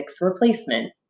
replacement